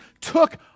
took